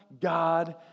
God